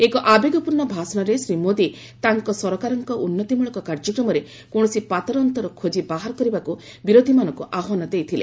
ଏକ ଆବେଗପୂର୍ଣ୍ଣ ଭାଷଣରେ ଶ୍ରୀ ମୋଦି ତାଙ୍କ ସରକାରଙ୍କ ଉନ୍ନତିମଳକ କାର୍ଯ୍ୟକ୍ରମରେ କୌଣସି ପାତର ଅନ୍ତର ଖୋଜି ବାହାର କରିବାକୁ ବିରୋଧିମାନଙ୍କୁ ଆହ୍ୱାନ ଦେଇଥିଲେ